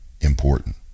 important